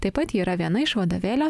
taip pat ji yra viena iš vadovėlio